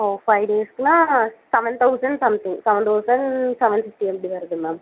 ஓ five டேஸ்க்குனா seven thousand something seven thousand seven fifty அப்படி வருது மேம்